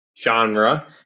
genre